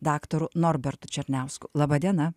daktaru norbertu černiausku laba diena